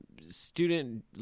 Student